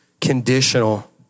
conditional